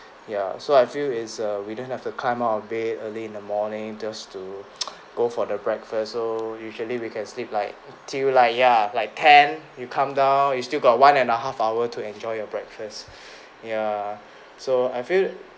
ya so I feel it's err we don't have to climb out of bed early in the morning just to go for the breakfast so usually we can sleep like till like ya like ten you come down you still got one and a half hour to enjoy your breakfast ya so I feel